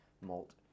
malt